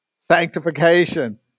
sanctification